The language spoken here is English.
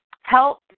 help